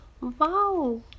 Wow